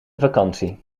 vakantie